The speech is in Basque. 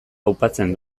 aupatzen